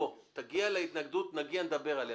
תגיע להתנגדות, נגיע, נדבר עליה.